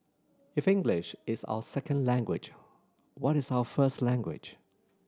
if English is our second language what is our first language